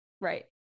Right